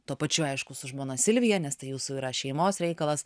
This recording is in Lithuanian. tuo pačiu aišku su žmona silvija nes tai jūsų yra šeimos reikalas